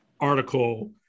article